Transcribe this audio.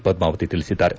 ಪದ್ಮಾವತಿ ತಿಳಿಸಿದ್ದಾರೆ